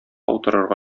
утырырга